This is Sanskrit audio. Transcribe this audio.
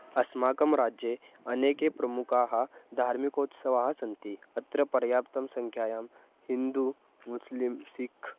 अस्माकं राज्ये अनेके प्रमुखाः धार्मिकोत्सवाः सन्ति अत्र पर्याप्तं सङ्ख्यायां हिन्दुः मुस्लिम् सिक्